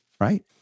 right